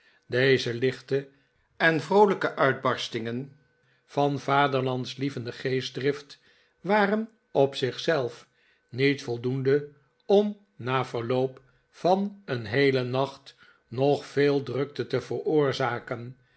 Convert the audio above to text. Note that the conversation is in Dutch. deze lichte en vroolijke uitbarstingen van vaderlandslievende geestdrift waren op zich zelf niet voldoende om na verloop van een heelen nacht nog veel drukte te veroorzaken